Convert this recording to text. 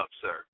sir